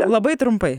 labai trumpai